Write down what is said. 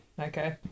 Okay